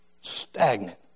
Stagnant